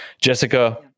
jessica